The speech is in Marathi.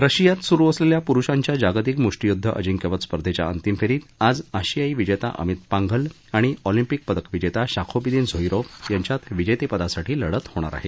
रशियात सुरु असलख्या पुरुषांच्या जागतिक मुष्ठीयुद्ध अजिंक्यपद स्पर्धेच्या अंतिम फर्सीत आज आशियाई विजस्ता अमित पांघल आणि ऑलिम्पिक पदक विजस्ता शाखोबिदीन झोइरोव यांच्यात विजता दिविसाठी लढत होईल